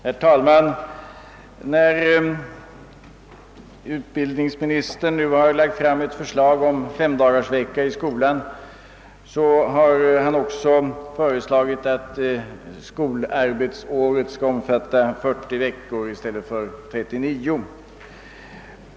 Herr talman! Samtidigt som utbildningsministern lagt fram förslaget om femdagarsvecka i skolan har han föreslagit att skolarbetsåret skall omfatta 40 veckor i stället för som nu 39 veckor.